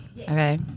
Okay